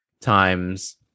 times